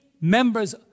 members